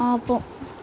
ఆపు